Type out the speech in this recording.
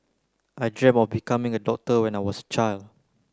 I dreamt of becoming a doctor when I was child